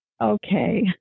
okay